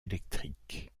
électriques